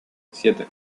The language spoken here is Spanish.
siete